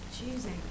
Choosing